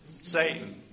Satan